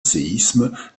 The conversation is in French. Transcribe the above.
séisme